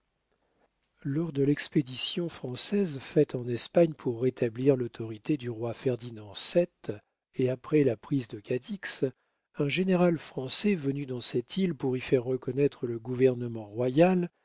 lors de l'expédition française faite en espagne pour rétablir l'autorité du roi ferdinand vii et après la prise de cadix un général français venu dans cette île pour y faire reconnaître le gouvernement royal